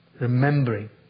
remembering